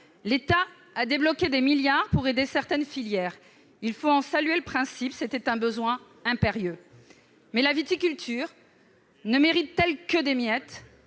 L'État a débloqué des milliards d'euros pour aider certaines filières. Il faut en saluer le principe, car c'était un besoin impérieux. Mais la viticulture ne mérite-t-elle que des miettes ?